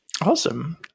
awesome